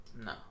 No